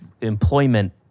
employment